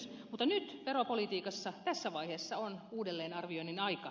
mutta nyt veropolitiikassa tässä vaiheessa on uudelleenarvioinnin aika